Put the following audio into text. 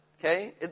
okay